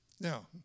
Now